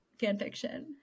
fanfiction